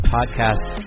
Podcast